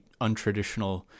untraditional